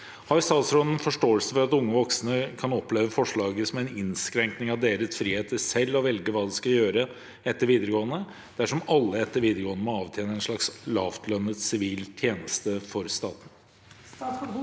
statsråden forståelse for at unge voksne kan oppleve forslaget som en innskrenkning av deres frihet til å selv velge hva de skal gjøre etter videregående, dersom alle etter videregående må avtjene en slags lavtlønnet sivil tjeneste for staten?»